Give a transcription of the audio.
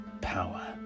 power